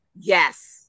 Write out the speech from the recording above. Yes